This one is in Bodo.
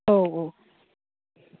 औ औ